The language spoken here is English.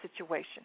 situation